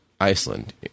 Iceland